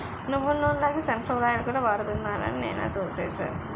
నువ్వులనూనె లాగే sunflower oil కూడా వాడుతున్నారాని నేనా తోటేసాను